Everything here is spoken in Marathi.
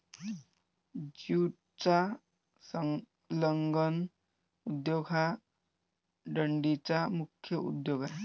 ज्यूटचा संलग्न उद्योग हा डंडीचा मुख्य उद्योग आहे